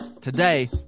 today